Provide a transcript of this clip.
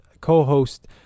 co-host